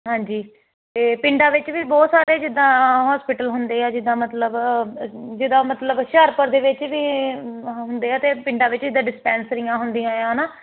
ਹਾਂਜੀ ਤੇ ਪਿੰਡਾਂ ਵਿੱਚ ਵੀ ਬਹੁਤ ਸਾਰੇ ਜਿੱਦਾਂ ਹੋਸਪਿਟਲ ਹੁੰਦੇ ਆ ਜਿੱਦਾਂ ਮਤਲਬ ਜਿੱਦਾ ਮਤਲਬ ਹੁਸ਼ਿਆਰਪੁਰ ਦੇ ਵਿੱਚ ਵੀ ਹੁੰਦੇ ਆ ਤੇ ਪਿੰਡਾਂ ਵਿੱਚ ਇਦਾਂ ਡਿਸਪੈਂਸਰੀਆਂ ਹੁੰਦੀਆਂ ਆ ਹਨਾ